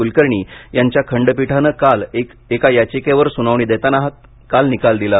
कुलकर्णी यांच्या खंडपीठानं काल एक याचिकेवर स्नावणी देताना काल हा निकाल दिला